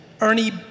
Ernie